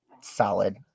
Solid